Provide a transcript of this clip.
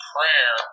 Prayer